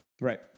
Right